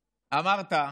אמרת,